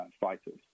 fighters